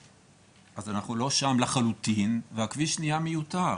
אז אנחנו לא שם לחלוטין והכביש נהיה מיותר.